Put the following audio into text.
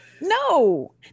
no